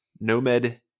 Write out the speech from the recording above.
Nomad